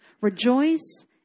Rejoice